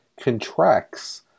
contracts